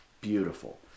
Beautiful